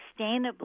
sustainably